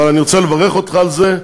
אבל אני רוצה לברך אותך על זה,